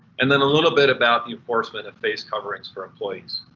and then a little bit about the enforcement of face coverings for employees.